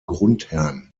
grundherrn